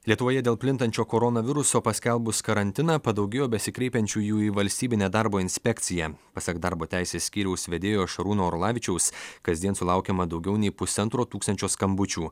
lietuvoje dėl plintančio koronaviruso paskelbus karantiną padaugėjo besikreipiančiųjų į valstybinę darbo inspekciją pasak darbo teisės skyriaus vedėjo šarūno orlavičiaus kasdien sulaukiama daugiau nei pusantro tūkstančio skambučių